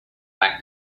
back